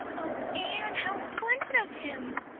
oh, anne, how splendid of him!